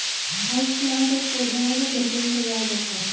houseplant एक पौधा है जो घर के अंदर उगाया जाता है